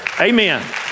Amen